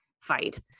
fight